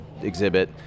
exhibit